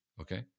okay